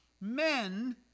men